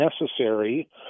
necessary